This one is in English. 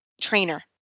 trainer